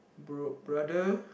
bro brother